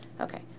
Okay